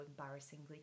embarrassingly